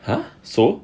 !huh! so